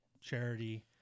charity